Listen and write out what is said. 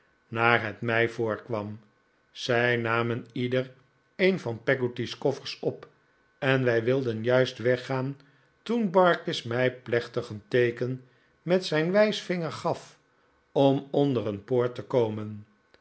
naar het mij voorkwam zij namen ieder een van peggotty's koffers op en wij wilden juist weggaan toen barkis mij plechtig een teeken met zijn wijsvinger gaf om onder een poort te komen